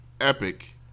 epic